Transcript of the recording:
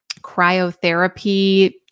cryotherapy